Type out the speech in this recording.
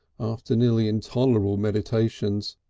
after nearly intolerable meditations,